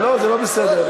לא, זה לא בסדר.